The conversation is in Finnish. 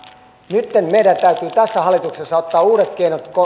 nytten meidän täytyy tässä hallituksessa ottaa uudet keinot